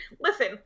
listen